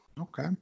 Okay